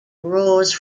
arose